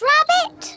Rabbit